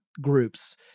groups